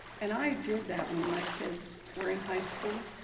and i did that when my kids were in high school,